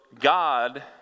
God